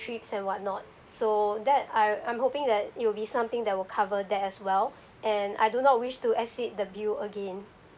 trips and whatnot so that I I'm hoping that it will be something that will cover that as well and I do not wish to exceed the bill again